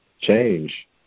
change